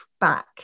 back